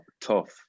tough